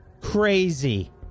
Crazy